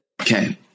Okay